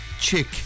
Chick